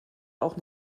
auch